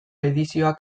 edizioak